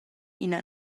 ina